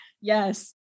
Yes